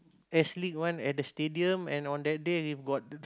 S-league one at the stadium and on that day they got